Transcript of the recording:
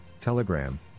Telegram